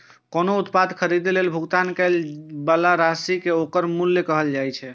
कोनो उत्पाद खरीदै लेल भुगतान कैल जाइ बला राशि कें ओकर मूल्य कहल जाइ छै